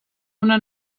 una